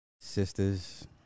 sisters